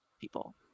people